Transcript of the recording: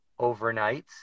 overnights